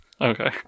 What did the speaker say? Okay